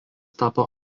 tapo